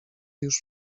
już